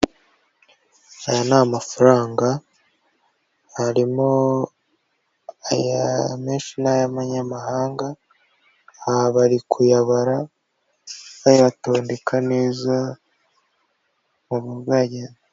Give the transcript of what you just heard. Aya ni amafaranga, amenshi ni ay'amanyamahanga, aha bari kuyabara bayatondeka neza...